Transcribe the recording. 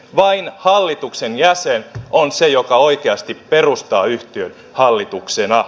vain hallituksen jäsen on se joka oikeasti perustaa yhtiön hallituksena